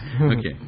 Okay